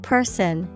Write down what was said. Person